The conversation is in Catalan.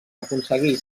aconseguir